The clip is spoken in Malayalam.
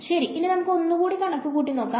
ശെരി ഇനി നമുക്ക് ഒന്നുകൂടി കണക്ക് കൂട്ടി നോക്കാം